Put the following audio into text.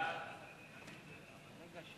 בעד, 46,